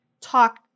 talk